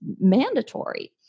mandatory